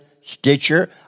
Stitcher